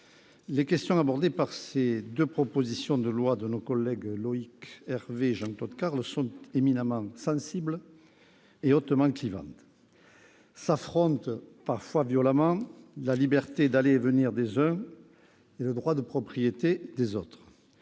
les questions abordées par les deux propositions de loi de nos collègues Loïc Hervé et Jean-Claude Carle sont éminemment sensibles et hautement clivantes. S'affrontent, parfois violemment, la liberté d'aller et venir des uns et le droit de propriété des autres,